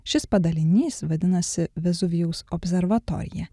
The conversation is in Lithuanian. šis padalinys vadinasi vezuvijaus observatorija